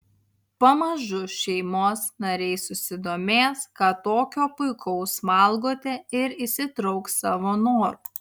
pamažu šeimos nariai susidomės ką tokio puikaus valgote ir įsitrauks savo noru